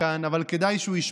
דודי?